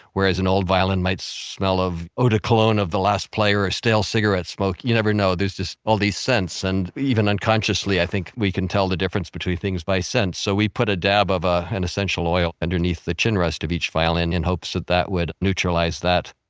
whereas an old violin might smell of eau de cologne of the last player, or stale cigarette smoke. you never know. there's just all these scents, and even unconsciously i think we can tell the difference between things by scent so we put a dab of ah an essential oil underneath chin rest of each violin in hopes that that would neutralize that